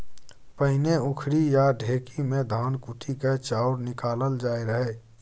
पहिने उखरि या ढेकी मे धान कुटि कए चाउर निकालल जाइ रहय